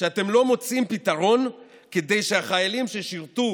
שאתם לא מוצאים פתרון כדי שהחיילים ששירתו